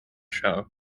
show